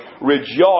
rejoice